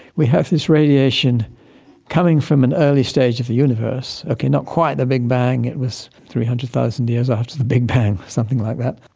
we have this radiation coming from an early stage of the universe, not quite the big bang, it was three hundred thousand years after the big bang, something like that.